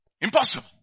Impossible